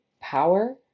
power